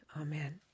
Amen